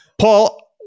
Paul